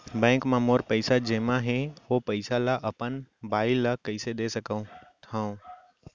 Bank म मोर पइसा जेमा हे, ओ पइसा ला अपन बाई ला कइसे दे सकत हव?